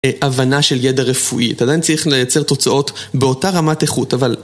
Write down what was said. הבנה של ידע רפואי, אתה עדיין צריך לייצר תוצאות באותה רמת איכות, אבל...